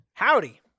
Howdy